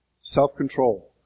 Self-control